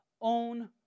own